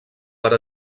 per